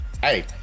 Hey